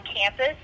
campus